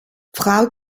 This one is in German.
frau